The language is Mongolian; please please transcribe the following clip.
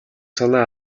санаа